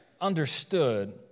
understood